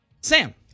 Sam